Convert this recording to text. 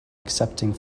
accepting